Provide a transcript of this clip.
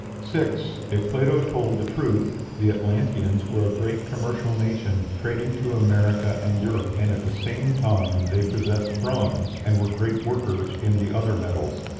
six. if plato told the truth, the atlanteans were a great commercial nation, trading to america and europe, and, at the same time, they possessed bronze, and were great workers in the other metals.